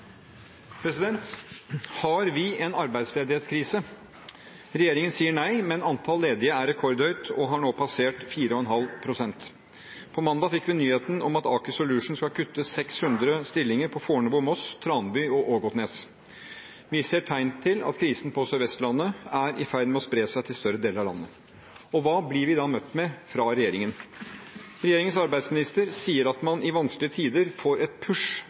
Har vi en arbeidsledighetskrise? Regjeringen sier nei, men antallet ledige er rekordhøyt og har nå passert 4,5 pst. På mandag fikk vi nyheten om at Aker Solutions skal kutte 600 stillinger på Fornebu, i Moss, Tranby og Ågotnes. Vi ser tegn til at krisen på Sør-Vestlandet er i ferd med å spre seg til større deler av landet. Og hva blir vi da møtt med fra regjeringen? Regjeringens arbeidsminister sier at man i vanskelige tider får et